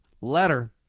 letter